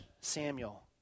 Samuel